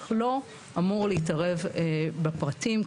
אך לא אמור להתערב בפרטים.